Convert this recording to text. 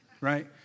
Right